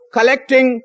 collecting